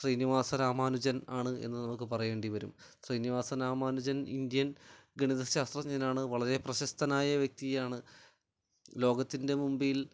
ശ്രീനിവാസ രാമാനുജൻ ആണ് എന്ന് നമുക്ക് പറയേണ്ടിവരും ശ്രീനിവാസരാമാനുജൻ ഇന്ത്യൻ ഗണിത ശാസ്ത്രജ്ഞനാണ് വളരെ പ്രശസ്ഥനായാ വ്യക്തിയാണ് ലോകത്തിൻ്റെ മുൻപിൽ